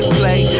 play